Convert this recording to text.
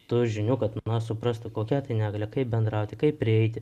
tų žinių kad suprastų kokia tai negalia kaip bendrauti kaip prieiti